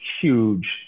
huge